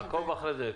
אנחנו נעקוב אחרי זה.